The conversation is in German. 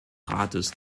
rates